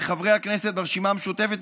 מחברי הכנסת ברשימה המשותפת,